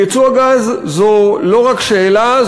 ייצוא הגז זה לא רק שאלה,